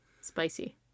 Spicy